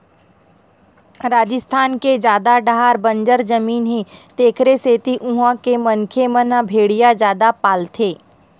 राजिस्थान के जादा डाहर बंजर जमीन हे तेखरे सेती उहां के मनखे मन ह भेड़िया जादा पालथे